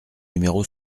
numéro